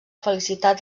felicitat